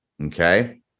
Okay